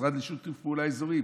המשרד לשיתוף פעולה אזורי,